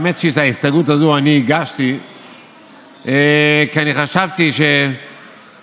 האמת שאת ההסתייגות הזאת הגשתי כי אני חשבתי לתומי,